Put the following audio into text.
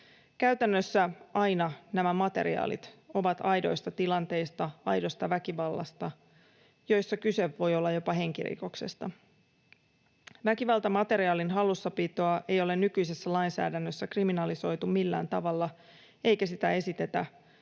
Käytännössä aina nämä materiaalit ovat aidoista tilanteista, aidosta väkivallasta, joissa kyse voi olla jopa henkirikoksesta. Väkivaltamateriaalin hallussapitoa ei ole nykyisessä lainsäädännössä kriminalisoitu millään tavalla, eikä sitä esitetä